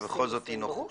אבל בכל זאת אי נוחות,